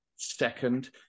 second